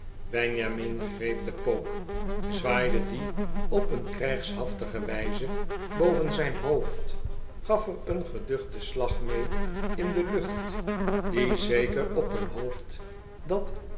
benjamin greep den pook zwaaide dien op een krijgshaftige wijze boven zijn hoofd gaf er een geduchten slag mee in de lucht die zeker op een hoofd dat